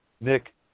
Nick